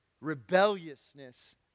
rebelliousness